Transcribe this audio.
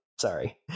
Sorry